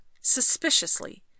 suspiciously